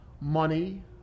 money